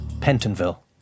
Pentonville